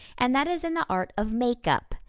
and that is in the art of makeup.